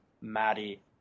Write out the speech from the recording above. Maddie